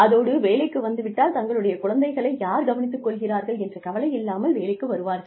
அதோடு வேலைக்கு வந்து விட்டால் தங்களுடைய குழந்தைகளை யார் கவனித்துக் கொள்வார்கள் என்ற கவலை இல்லாமல் வேலைக்கு வருவார்கள்